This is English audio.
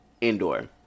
Indoor